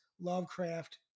Lovecraft